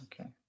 Okay